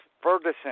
Ferguson